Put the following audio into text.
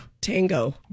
Tango